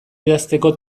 idazteko